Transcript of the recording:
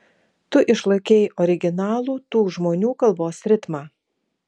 tu išlaikei originalų tų žmonių kalbos ritmą